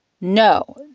no